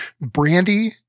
Brandy